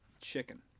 chicken